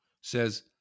says